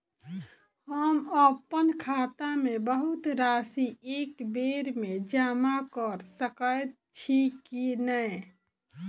हम अप्पन खाता मे बहुत राशि एकबेर मे जमा कऽ सकैत छी की नै?